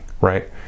right